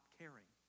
caring